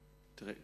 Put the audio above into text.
בבקשה.